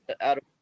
out